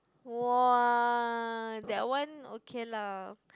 !wow! that one okay lah